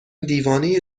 دیوانه